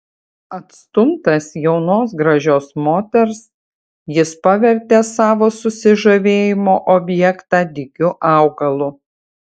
atstumtas jaunos gražios moters jis pavertė savo susižavėjimo objektą dygiu augalu